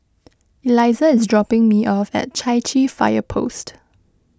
Eliza is dropping me off at Chai Chee Fire Post